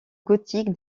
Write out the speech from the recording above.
gothique